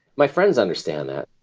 my friends understand that.